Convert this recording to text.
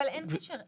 אבל אין קשר.